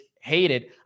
hated